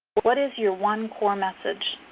what is your one core message?